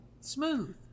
smooth